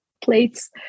plates